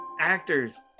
actors